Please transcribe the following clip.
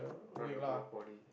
not the whole body